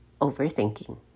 overthinking